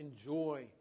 enjoy